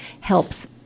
helps